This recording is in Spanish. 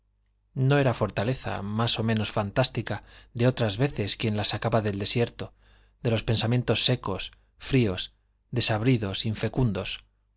no era la fortaleza más o menos fantástica de otras veces quien la sacaba del desierto de los pensamientos secos fríos desabridos infecundos